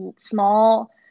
small